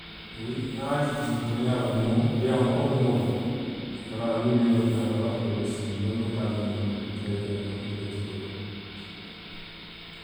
Wuyi nŋa je bii tooňaalemu beeyaŋolu, komi moolu. i fanaŋ niŋ i be ňoŋ kaŋ. waatoo doo bi jee i silondoo taa noo ňoo bulu le nte la nte la jikoo to